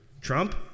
Trump